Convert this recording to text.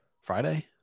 Friday